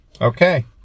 Okay